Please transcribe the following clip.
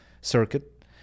circuit